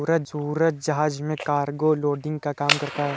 सूरज जहाज में cargo loading का काम करता है